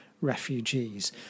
refugees